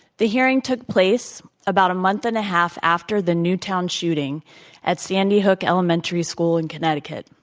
the hearing took place about a month and a half after the newtown shooting at sandy hook elementary school in connecticut.